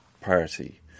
party